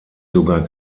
sogar